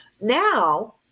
now